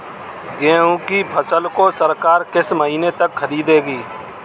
गेहूँ की फसल को सरकार किस महीने तक खरीदेगी?